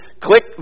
Click